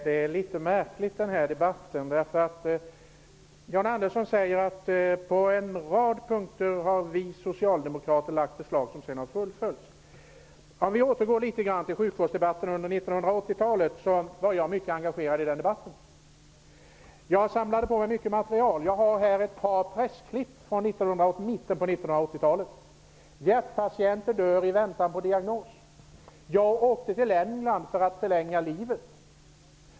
Herr talman! den här debatten är litet märklig. Jan Andersson sade att Socialdemokraterna på en rad punkter har lagt förslag som sedan fullföljts. Jag var mycket engagerad i sjukvårdsdebatten under 1980-talet och samlade på mig mycket material. Här har jag ett par pressklipp från mitten av 1980-talet: Hjärtpatienter dör i väntan på diagnos. Jag åkte till England för att förlänga livet.